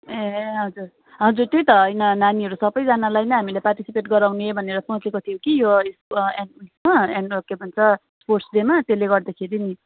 ए हजुर हजुर त्यही त होइन नानीहरू सबैजनालाई नै हामीले पार्टिसिपेट गराउने भनेर सोचेको थियौँ कि यो अँ उयेसमा के भन्छ स्पोर्ट्स डेमा त्यसले गर्दाखेरि नि